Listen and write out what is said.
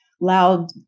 loud